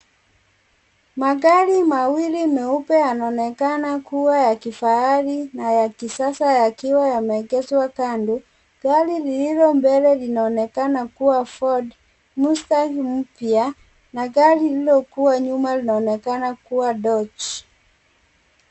Magari mawili meupe yanaonekana kuwa ya kifahari na ya kisasa yakiwa yameegeshwa kando gari lililo mbele linaonekana kuwa Ford Mustang mpya na gari lililokuwa nyuma linaonekana kuwa Dodge.